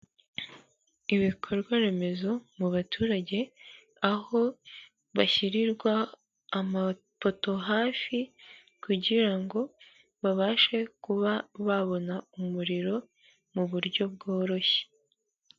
Ibikorwaremezo mu baturage aho bashyirirwa amapoto hafi kugira ngo babashe kuba babona umuriro mu buryo bworoshye.